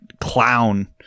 clown